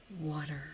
water